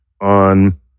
on